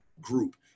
group